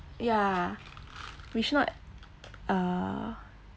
ya which not uh